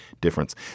difference